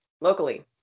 locally